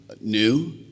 new